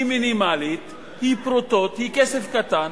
היא מינימלית, היא פרוטות, היא כסף קטן,